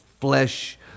flesh